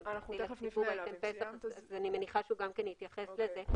הממשלתי ואני מניחה שגם הוא יתייחס לזה.